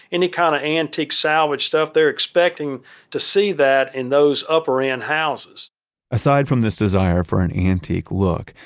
any kind of antique, salvaged stuff they're expecting to see that in those upper-end houses aside from this desire for an antique look,